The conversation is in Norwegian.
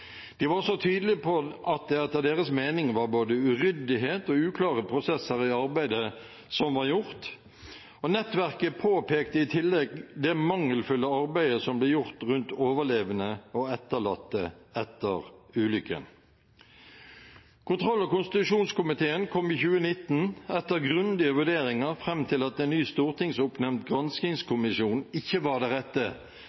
De var også tydelige på at det etter deres mening var både uryddighet og uklare prosesser i arbeidet som var gjort, og nettverket påpekte i tillegg det mangelfulle arbeidet som ble gjort rundt overlevende og etterlatte etter ulykken. Kontroll- og konstitusjonskomiteen kom i 2019 etter grundige vurderinger fram til at en ny stortingsoppnevnt